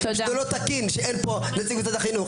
שזה לא תקין שאין פה נציגי משרד החינוך.